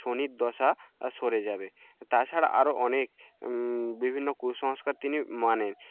শনির দশা সরে যাবে তাছাড়া আরও অনেক বিভিন্ন কুসংস্কার তিনি মানেন